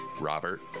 Robert